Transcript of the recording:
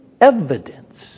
evidence